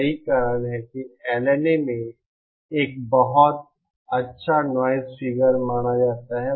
यही कारण है कि LNA में एक बहुत अच्छा नॉइज़ फिगर माना जाता है